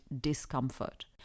discomfort